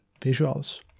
visuals